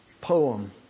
poem